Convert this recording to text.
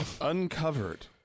Uncovered